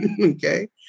okay